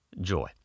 joy